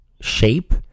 shape